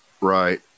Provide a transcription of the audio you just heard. Right